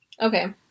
Okay